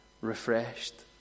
refreshed